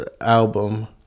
album